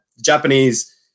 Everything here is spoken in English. Japanese